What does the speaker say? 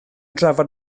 drafod